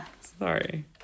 sorry